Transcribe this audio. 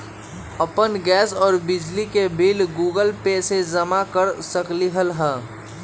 अपन गैस और बिजली के बिल गूगल पे से जमा कर सकलीहल?